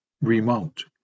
remote